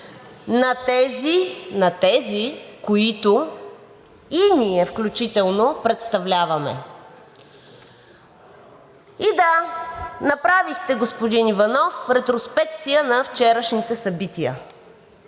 на тези, които и ние включително представляваме? И да, направихте, господин Иванов, ретроспекция на вчерашните събития.